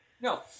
No